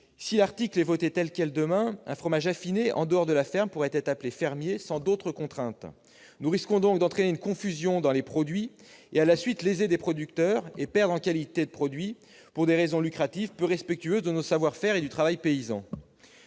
Si l'article est voté tel quel, demain, un fromage affiné en dehors de la ferme pourra être appelé « fermier » sans autres contraintes. Nous risquons donc d'entraîner une confusion dans les produits et en conséquence de léser des producteurs. Cela pourrait s'accompagner d'une perte de qualité pour des raisons lucratives, peu respectueuses de nos savoir-faire et du travail paysan.